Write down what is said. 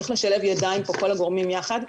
צריך לשלב ידיים פה כל הגורמים יחד.